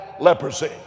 leprosy